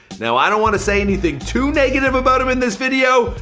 you know i don't want to say anything too negative about him in this video,